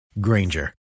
Granger